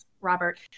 Robert